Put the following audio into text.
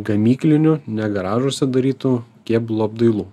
gamyklinių ne garažuose darytų kėbulo apdailų